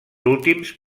últims